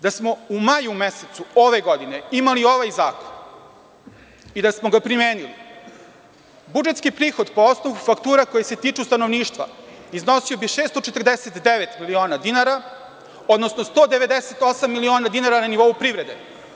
Da smo u maju mesecu, ove godine imali ovaj Zakon i da smo ga primenili budžetski prihod po osnovu faktura koji se tiču stanovništva iznosio bi 649 miliona dinara, odnosno 198 miliona dinara na nivou privrede.